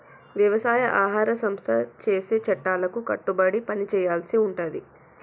వ్యవసాయ ఆహార సంస్థ చేసే చట్టాలకు కట్టుబడి పని చేయాల్సి ఉంటది